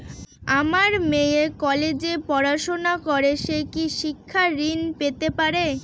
আমার মেয়ে কলেজে পড়াশোনা করে সে কি শিক্ষা ঋণ পেতে পারে?